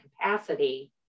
capacity